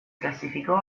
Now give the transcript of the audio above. classificò